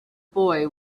boy